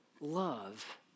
love